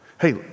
Hey